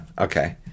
okay